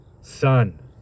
son